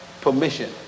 permission